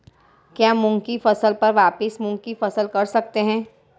क्या मूंग की फसल पर वापिस मूंग की फसल कर सकते हैं?